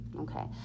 Okay